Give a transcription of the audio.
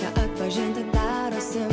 bet atpažinti darosi